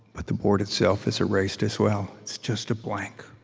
but the board itself is erased, as well. it's just a blank.